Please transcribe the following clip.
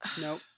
Nope